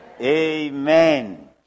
Amen